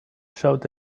showed